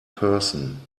person